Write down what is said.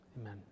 Amen